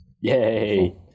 yay